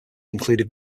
included